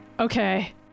Okay